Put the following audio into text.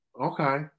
Okay